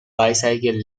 bicycle